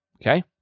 okay